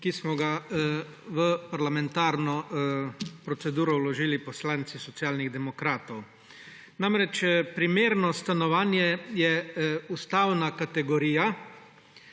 ki smo ga v parlamentarno proceduro vložili poslanci Socialnih demokratov. Namreč, primerno stanovanje je ustavna kategorija.